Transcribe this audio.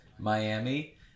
miami